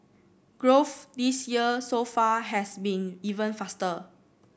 growth this year so far has been even faster